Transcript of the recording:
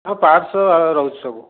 ଆଉ ପାର୍ଟସ୍ ରହୁଛି ସବୁ